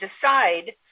decide